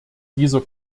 dieser